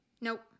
Nope